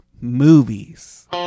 Movies